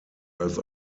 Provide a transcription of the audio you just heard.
als